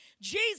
Jesus